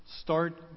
start